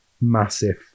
massive